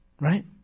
Right